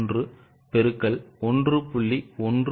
1 X 1